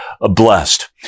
blessed